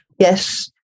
Yes